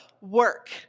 Work